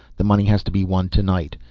the money has to be won tonight.